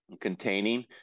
Containing